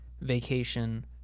vacation